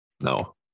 No